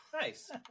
Nice